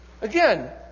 Again